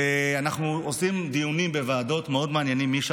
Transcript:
ואנחנו עושים דיונים מאוד מעניינים בוועדות,